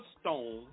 stone